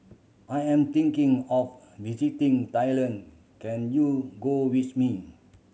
I am thinking of visiting Thailand can you go with me